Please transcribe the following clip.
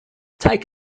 take